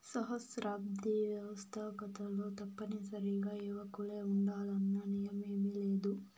సహస్రాబ్ది వ్యవస్తాకతలో తప్పనిసరిగా యువకులే ఉండాలన్న నియమేమీలేదు